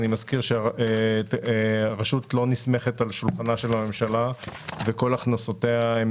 אני מזכיר שהרשות לא נסמכת על שולחנה של הממשלה וכל הכנסותיה הן